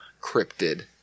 cryptid